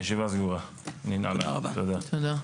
הישיבה ננעלה, תודה.